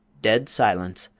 dead silence,